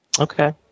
Okay